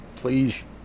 Please